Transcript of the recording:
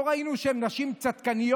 ולא ראינו שהן נשים צדקניות,